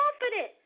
confident